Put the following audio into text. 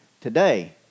Today